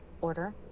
order